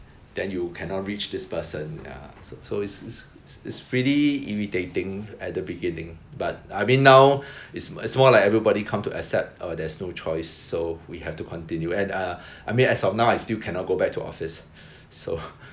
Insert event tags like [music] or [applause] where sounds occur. then you cannot reach this person ya so so it's it's it's it's really irritating at the beginning but I mean now it's it's more like everybody come to accept uh there's no choice so we have to continue and uh I mean as of now I still cannot go back to office so [laughs]